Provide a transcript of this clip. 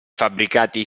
fabbricati